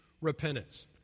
repentance